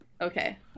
Okay